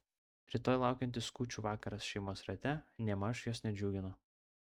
rytoj laukiantis kūčių vakaras šeimos rate nėmaž jos nedžiugino